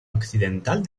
occidental